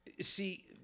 See